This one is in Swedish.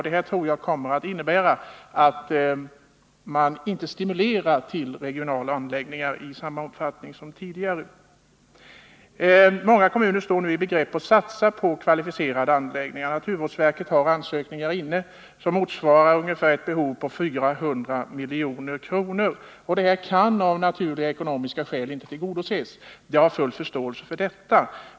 Det tror jag kommer att innebära minskad stimulans till regionala anläggningar, varav följer att sådana inte kommer till stånd i samma omfattning som tidigare. Många kommuner står hu i begrepp att satsa på kvalificerade anläggningar. Naturvårdsverket har ansökningar inne som tillsammans representerar ett behov på ungefär 400 milj.kr. Det behovet kan av naturliga skäl inte tillgodoses — jag har full förståelse för det.